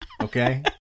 Okay